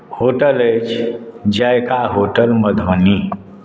hotel अछि Zaika hotel Madhubani